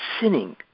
sinning